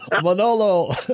Manolo